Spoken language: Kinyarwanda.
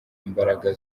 imbaraga